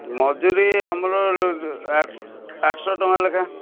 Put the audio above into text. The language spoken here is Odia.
ମଜୁରୀ ଆମର ଆଠ ଶହ ଟଙ୍କା ଲେଖାଏଁ